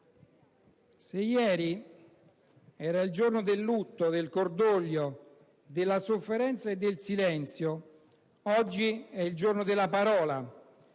se ieri era il giorno del lutto, del cordoglio, della sofferenza e del silenzio, oggi è il giorno della parola,